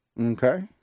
Okay